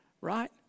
Right